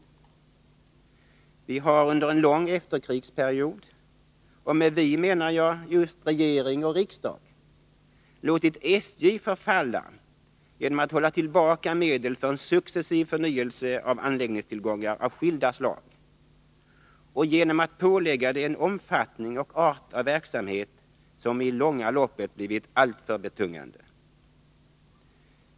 Vi har under en lång efterkrigsperiod — och med ”vi” menar jag regering och riksdag — låtit SJ förfalla genom att hålla tillbaka medel för en successiv förnyelse av anläggningstillgångar av skilda slag och genom att pålägga det en verksamhet av sådan omfattning och art att den i långa loppet blivit alltför betungande.